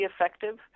effective